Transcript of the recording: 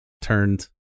turned